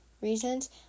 reasons